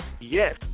Yes